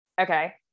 okay